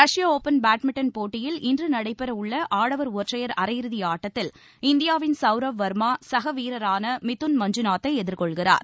ரஷ்ய open badminton போட்டியில் இன்று நடைபெறவுள்ள ஆடவர் ஒற்றையர் அரையிறுதி ஆட்டத்தில் இந்தியாவின் சௌரவ் வர்மா சகவீரரான மிதுன் மஞ்சுநாத் தை எதிர்கொள்கிறார்